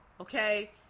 okay